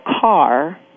car